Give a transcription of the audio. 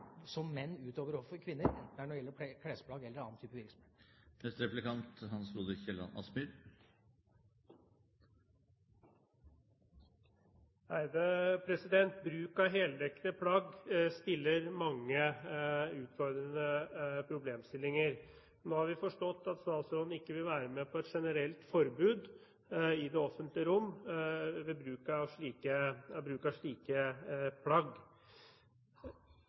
kvinner, enten det gjelder klesplagg eller andre ting. Bruk av heldekkende plagg skaper mange utfordrende problemstillinger. Nå har vi forstått at statsråden ikke vil være med på et generelt forbud i det offentlige rom mot bruk av slike